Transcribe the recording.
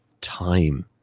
time